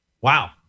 Wow